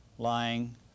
lying